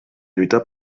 lluita